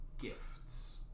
gifts